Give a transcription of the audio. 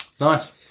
Nice